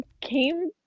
came